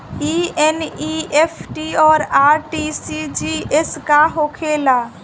ई एन.ई.एफ.टी और आर.टी.जी.एस का होखे ला?